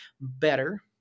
better